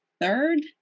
third